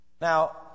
Now